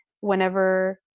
whenever